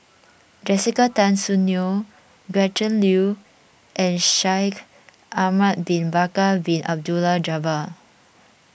Jessica Tan Soon Neo Gretchen Liu and Shaikh Ahmad Bin Bakar Bin Abdullah Jabbar